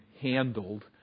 handled